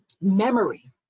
memory